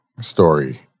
story